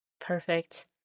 Perfect